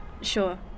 sure